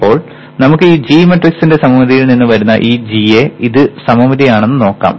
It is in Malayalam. ഇപ്പോൾ നമുക്ക് ഈ g മാട്രിക്സിന്റെ സമമിതിയിൽ നിന്ന് വരുന്ന ഈ gA ഇത് സമമിതിയാണെന്ന് നോക്കാം